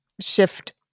shift –